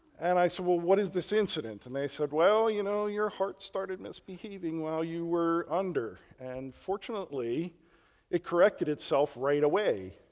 and i said, well, what is this incident? and they said, well, you know, your heart started misbehaving while you were under and fortunately it corrected itself right away.